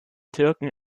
türken